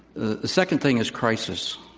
the second thing is crisis.